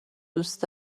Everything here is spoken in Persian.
دوست